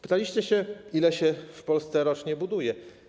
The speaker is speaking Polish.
Pytaliście, ile się w Polsce rocznie buduje.